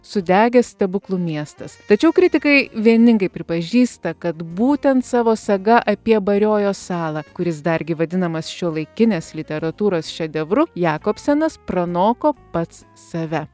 sudegęs stebuklų miestas tačiau kritikai vieningai pripažįsta kad būtent savo saga apie bariojos salą kuris dar gi vadinamas šiuolaikinės literatūros šedevru jakobsenas pranoko pats save